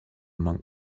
monk